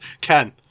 Ken